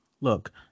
look